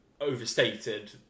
overstated